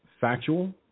factual